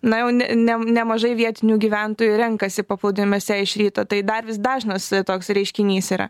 na jau ne ne nemažai vietinių gyventojų renkasi paplūdimiuose iš ryto tai dar vis dažnas toks reiškinys yra